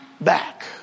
back